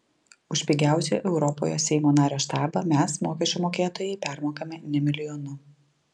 už pigiausią europoje seimo nario štabą mes mokesčių mokėtojai permokame ne milijonu